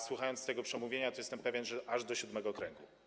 Słuchałem tego przemówienia i jestem pewien, że aż do siódmego kręgu.